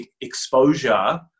exposure